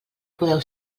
podeu